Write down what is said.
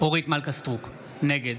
אורית מלכה סטרוק, נגד